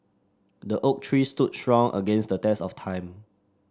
the oak tree stood strong against the test of time